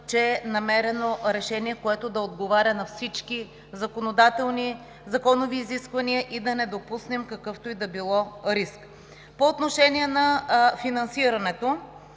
че е намерено решение, което да отговаря на всички законодателни и законови изисквания, за да не допуснем какъвто и да било риск. По отношение на финансирането.